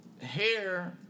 hair